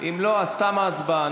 אם לא, אז תמה הצבעה.